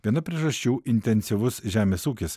viena priežasčių intensyvus žemės ūkis